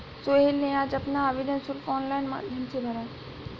सोहेल ने आज अपना आवेदन शुल्क ऑनलाइन माध्यम से भरा